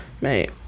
mate